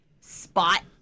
spot